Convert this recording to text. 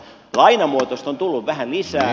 lainamuotoista on tullut vähän lisää